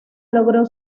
logró